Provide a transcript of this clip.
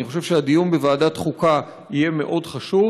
אני חושב שהדיון בוועדת חוקה יהיה מאוד חשוב,